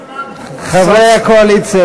חבר הכנסת